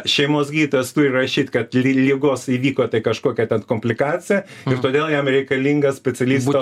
šeimos gydytojas turi rašyt kad ligos įvyko tai kažkokia ten komplikacija ir todėl jam reikalinga specialisto